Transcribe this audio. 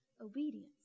obedience